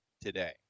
today